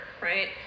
right